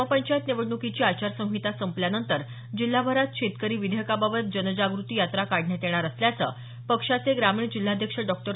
ग्रामपंचायत निवडण्कीची आचारसंहिता संपल्यानंतर जिल्ह्याभरात शेतकरी विधेयकाबाबत जनजागृती यात्रा काढण्यात येणार असल्याचं पक्षाचे ग्रामीण जिल्हाध्यक्ष डॉ